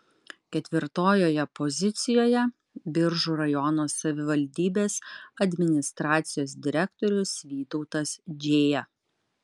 ketvirtojoje pozicijoje biržų rajono savivaldybės administracijos direktorius vytautas džėja